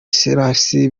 selassie